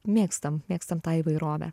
mėgstam mėgstam tą įvairovę